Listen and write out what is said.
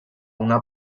una